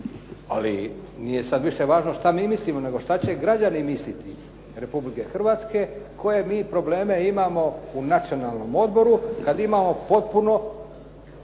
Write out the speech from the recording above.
Ali nije sada više važno šta mi mislimo nego šta će građani misliti Republike Hrvatske koje mi probleme imamo u nacionalnom odboru kada imamo potpuno